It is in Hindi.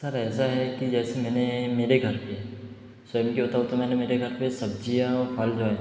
सर ऐसा है कि जैसे मैंने मेरे घर पे बताऊँ तो मैंने मेरे घर पे सब्जियां फल जो है